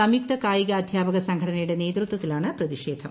സംയുക്ത കായിക അധ്യാപക സംഘടനയുടെ നേതൃത്വത്തിലാണ് പ്രതിഷേധം